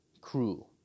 crew